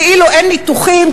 כאילו אין ניתוחים,